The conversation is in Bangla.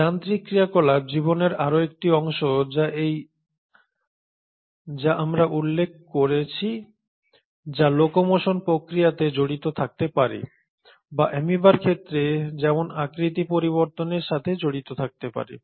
যান্ত্রিক ক্রিয়াকলাপ জীবনের আরও একটি অংশ যা আমরা উল্লেখ করেছি যা লোকোমোশন প্রক্রিয়াতে জড়িত থাকতে পারে বা অ্যামিবার ক্ষেত্রে যেমন আকৃতি পরিবর্তনের সাথে জড়িত থাকতে পারে